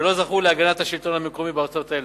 ולא זכו להגנת השלטון המקומי בארצות אלה,